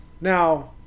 Now